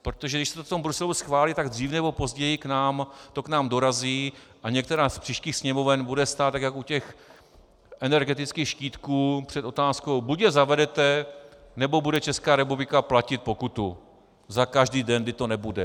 Protože když se to v tom Bruselu schválí, tak dřív nebo později to k nám dorazí a některá z příštích Sněmoven bude stát jako u těch energetických štítků před otázkou, buď je zavedete, nebo bude Česká republika platit pokutu za každý den, kdy to nebude.